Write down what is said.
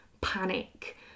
panic